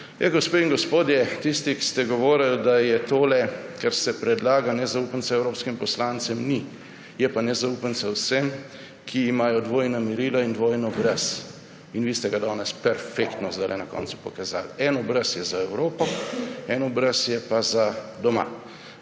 Gospe in gospodje, tisti, ki ste govorili, da je tole, kar se predlaga, nezaupnica evropskem poslancem – ni. Je pa nezaupnica vsem, ki imajo dvojna merila in dvojni obraz. In vi ste ga danes perfektno zdajle na koncu pokazali. En obraz je za Evropo, en obraz je pa za doma.